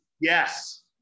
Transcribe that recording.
Yes